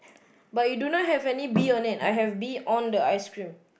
but you don't know have any bee on it I have bee on the ice cream